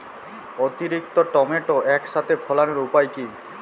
অতিরিক্ত টমেটো একসাথে ফলানোর উপায় কী?